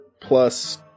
plus